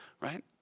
Right